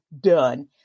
done